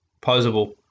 posable